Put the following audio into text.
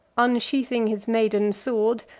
unsheathing his maiden sword,